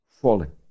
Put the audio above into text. falling